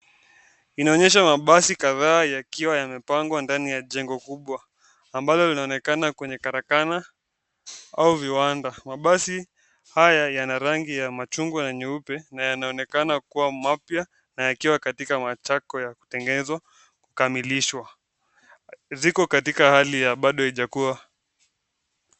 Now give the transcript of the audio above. Inaonyesha mabasi kadha yakiwa yamepengwa ndani ya jengo kubwa ambalo linaonekana kwenye karakana au viwanda. Mabasi haya yana rangi ya machungwa na nyeupe na yanaonekana yakiwa mapya na yakiwa katika machakwa ya kutengenezewa kukamilishwa ziko katika hali ya bado haijakuwa